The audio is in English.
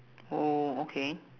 oh okay